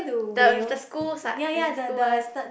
the with the schools what with the school one